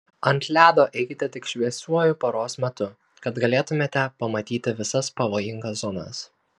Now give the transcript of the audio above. ant ledo eikite tik šviesiuoju paros metu kad galėtumėte pamatyti visas pavojingas zonas